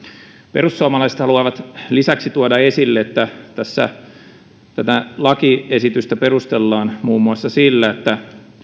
perussuomalaiset haluavat lisäksi tuoda esille että tätä lakiesitystä perustellaan muun muassa sillä että